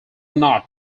knot